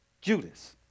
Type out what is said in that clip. Judas